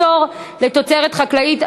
פטור לתוצרת חקלאית),